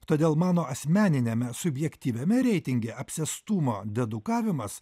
todėl mano asmeniniame subjektyviame reitinge apsėstumo dedukavimas